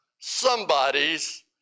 somebody's